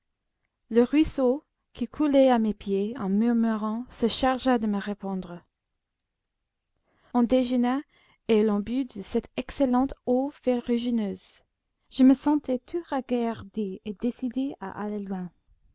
le ruisseau qui coulait à mes pieds en murmurant se chargea de me répondre on déjeuna et l'on but de cette excellente eau ferrugineuse je me sentais tout ragaillardi et décidé à aller loin